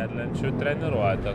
riedlenčių treniruotę